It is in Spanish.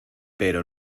pero